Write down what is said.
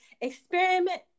experiment